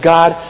God